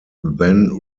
then